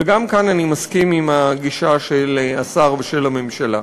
וגם כאן אני מסכים עם הגישה של השר ושל הממשלה.